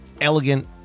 elegant